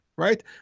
Right